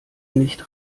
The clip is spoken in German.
nicht